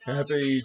Happy